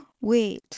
wait